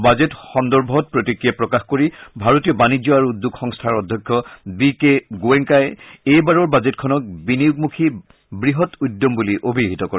budget সন্দৰ্ভত প্ৰতিক্ৰিয়া প্ৰকাশ কৰি ভাৰতীয় বাণিজ্য আৰু উদ্যোগ সংস্থাৰ অধ্যক্ষ বি কে গোৱেংকাই এইবাৰৰ বাজেটখনক বিনিয়োগমুখী বৃহৎ উদ্যম বুলি অভিহিত কৰে